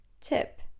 Tip